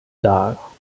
dar